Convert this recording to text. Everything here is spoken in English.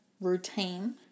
routine –